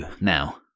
now